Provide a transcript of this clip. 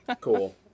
cool